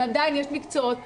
ועדיין יש מקצועות,